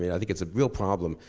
but i think it's real problem.